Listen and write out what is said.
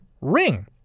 Ring